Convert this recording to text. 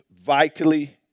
vitally